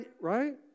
right